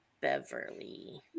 Beverly